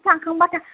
बिसोर थांखांब्लासो